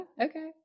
Okay